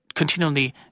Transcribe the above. continually